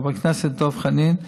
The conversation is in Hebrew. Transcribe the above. חבר הכנסת דב חנין,